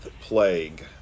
plague